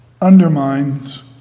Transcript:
undermines